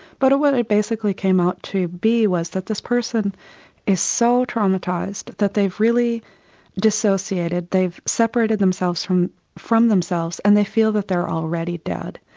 but what it basically came out to be was that this person is so traumatised that they've really disassociated, they've separated themselves from from themselves and they feel that they are already dead.